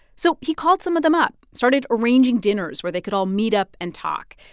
so he called some of them up, started arranging dinners where they could all meet up and talk.